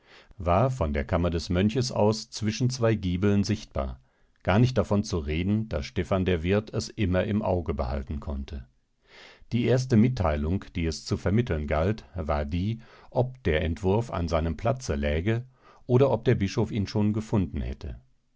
war von der kammer des mönches aus zwischen zwei giebeln sichtbar gar nicht davon zu reden daß stephan der wirt es immer im auge behalten konnte die erste mitteilung die es zu vermitteln galt war die ob der entwurf an seinem platz läge oder ob der bischof ihn schon gefunden hätte